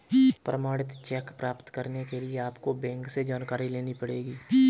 प्रमाणित चेक प्राप्त करने के लिए आपको बैंक से जानकारी लेनी पढ़ेगी